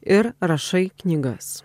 ir rašai knygas